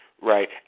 Right